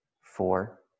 four